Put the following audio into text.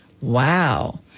Wow